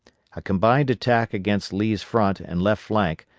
a combined attack against lee's front and left flank,